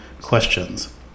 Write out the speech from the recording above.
questions